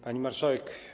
Pani Marszałek!